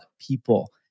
people